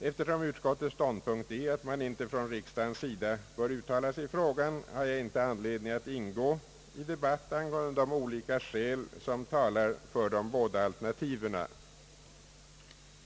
Eftersom utskottets ståndpunkt är att man inte från riksdagens sida bör uttala sig i frågan, har jag inte anledning ingå i debatt angående de skäl som talar för eller emot de båda alternativen.